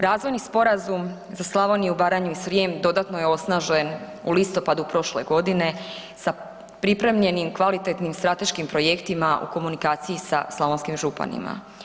Razvojni sporazum za Slavoniju, Baranju i Srijem dodatno je osnažen u listopadu prošle godine sa pripremljenim kvalitetnim strateškim projektima u komunikaciji sa slavonskim županima.